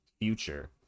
Future